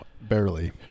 barely